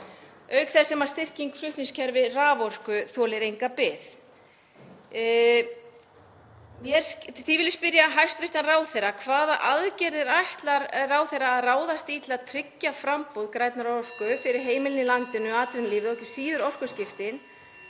auk þess sem styrking flutningskerfis raforku þolir enga bið. Því vil ég spyrja hæstv. ráðherra: Hvaða aðgerðir ætlar ráðherra að ráðast í til að tryggja framboð grænnar orku fyrir heimilin í landinu, atvinnulífið og ekki síður orkuskiptin?